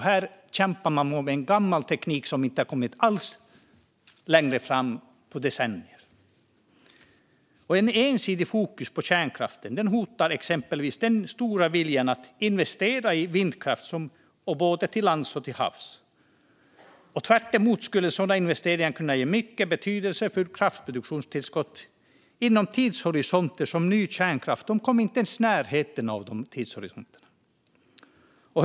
Här kämpar man på med en gammal teknik som inte har kommit ett dugg längre på decennier. Ett ensidigt fokus på kärnkraft hotar exempelvis den stora viljan att investera i vindkraft både på land och till havs. Sådana investeringar skulle kunna ge ett mycket betydelsefullt kraftproduktionstillskott inom tidshorisonter som ny kärnkraft inte ens kommer i närheten av.